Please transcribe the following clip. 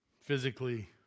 physically